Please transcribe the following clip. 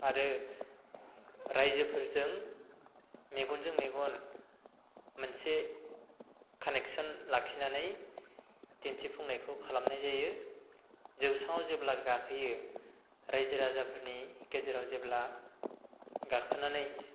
आरो रायजोफोरजों मेगनजों मेगन मोनसे कानेकसन लाखिनानै दिन्थिफुंनायखौ खालामनाय जायो जौस्राङाव जेब्ला गाखोयो रायजो राजाफोरनि गेजेराव जेब्ला गाखोनानै